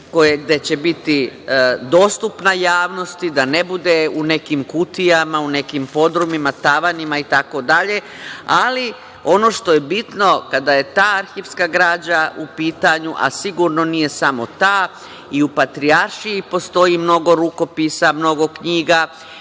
gde će biti dostupna javnosti, da ne bude u nekim kutijama, u nekim podrumima, tavanima itd. Ali, ono što je bitno kada je ta arhivska građa u pitanju, a sigurno nije samo ta, i u Patrijaršiji postoji mnogo rukopisa, mnogo knjiga,